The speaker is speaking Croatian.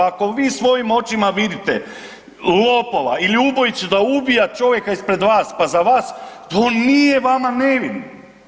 Ako vi svojim očima vidite lopova ili ubojicu da ubija čovjeka ispred vas pa za vas to nije vama nevin.